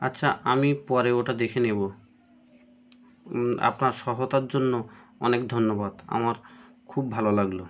আচ্ছা আমি পরে ওটা দেখে নেবো আপনার সহায়তার জন্য অনেক ধন্যবাদ আমার খুব ভালো লাগলো